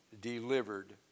delivered